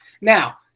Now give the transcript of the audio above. Now